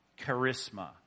charisma